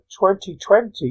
2020